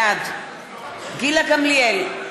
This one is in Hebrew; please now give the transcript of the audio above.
בעד גילה גמליאל,